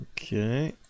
Okay